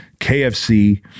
KFC